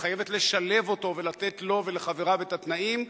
וחייבת לשלב אותו ולתת לו ולחבריו את התנאים,